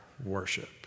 worship